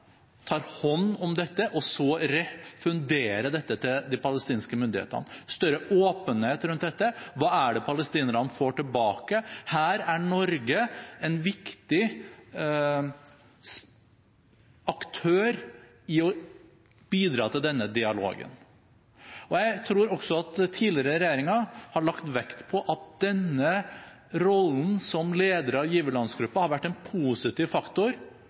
tar hånd om dette, og så refunderer til de palestinske myndighetene. Når det gjelder større åpenhet rundt dette, hva det er palestinerne får tilbake, er Norge en viktig aktør i å bidra til denne dialogen. Jeg tror også at tidligere regjeringer har lagt vekt på at denne rollen som leder av giverlandsgruppa har vært en positiv faktor